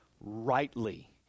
rightly